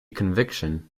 conviction